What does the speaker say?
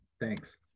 thanks